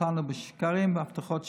אותנו בשקרים והבטחות שווא.